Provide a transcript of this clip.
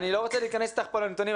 אני לא רוצה להיכנס איתך פה לנתונים,